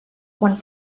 quan